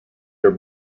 your